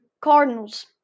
Cardinals